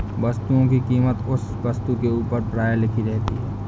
वस्तुओं की कीमत उस वस्तु के ऊपर प्रायः लिखी रहती है